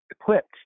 equipped